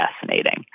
fascinating